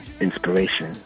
inspiration